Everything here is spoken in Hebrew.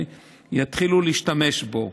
יתחילו להשתמש בו.